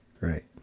Right